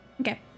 Okay